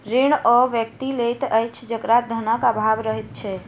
ऋण ओ व्यक्ति लैत अछि जकरा धनक आभाव रहैत छै